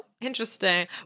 Interesting